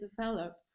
developed